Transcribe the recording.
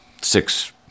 six